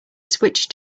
switch